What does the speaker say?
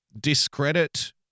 discredit